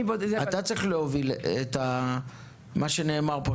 אתה צריך להוביל את מה שנאמר פה,